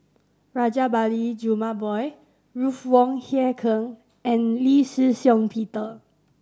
Rajabali Jumabhoy Ruth Wong Hie King and Lee Shih Shiong Peter